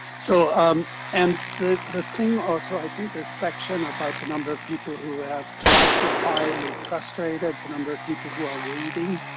so um and the the thing also, i think this section about the number of people who have tried to apply and be frustrated, the number of people who are waiting